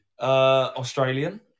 Australian